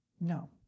no